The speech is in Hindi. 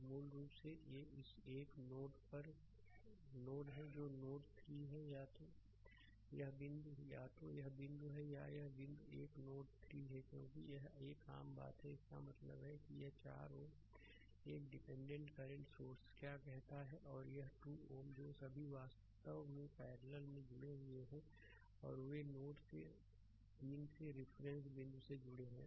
तो मूल रूप से ये इस पर एक नोड है जो नोड 3 है या तो यह बिंदु या तो यह बिंदु है या यह बिंदु यह नोड 3 है क्योंकि यह एक आम बात है इसका मतलब है कि यह 4 Ω तो यह डिपेंडेंटdepende करंट सोर्स क्या कहता है और यह 2 Ω है जो सभी वास्तव में पैरलल जुड़े हुए हैं और वे नोड 3 से रिफरेंस बिंदु से जुड़े हैं